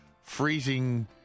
freezing